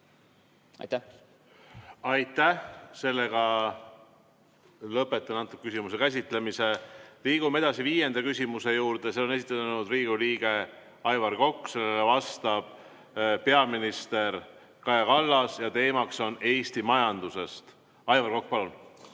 Aitäh! Lõpetan selle küsimuse käsitlemise. Liigume edasi viienda küsimuse juurde. Selle on esitanud Riigikogu liige Aivar Kokk, sellele vastab peaminister Kaja Kallas ja teemaks on Eesti majandus. Aivar Kokk, palun!